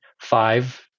five